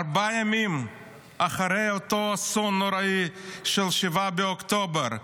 ארבעה ימים אחרי אותו אסון של 7 באוקטובר,